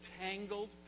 tangled